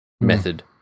method